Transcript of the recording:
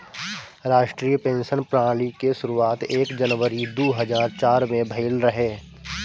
राष्ट्रीय पेंशन प्रणाली के शुरुआत एक जनवरी दू हज़ार चार में भईल रहे